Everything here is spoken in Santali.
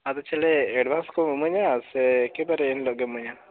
ᱟᱫᱚ ᱪᱮᱞᱮ ᱮᱰᱵᱷᱟᱥᱠᱚᱢ ᱮᱢᱟᱹᱧᱟ ᱥᱮ ᱮᱠᱮᱵᱟᱨᱮ ᱮᱱᱦᱤᱞᱳᱜ ᱜᱮᱢ ᱮᱢᱟᱹᱧᱟ